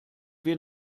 wir